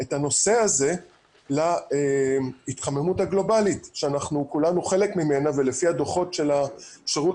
את הנושא הזה להתחממות הגלובלית שכולנו חלק ממנה ולפי הדוחות של השירות